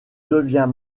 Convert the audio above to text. devient